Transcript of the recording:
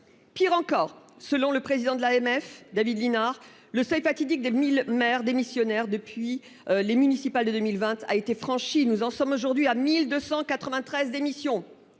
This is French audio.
Pire encore, selon le président de l'AMF David Linares le seuil fatidique des 1000 maire démissionnaire depuis les municipales de 2020 a été franchie, nous en sommes aujourd'hui à 1293. Démission.